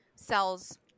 Sells